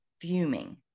fuming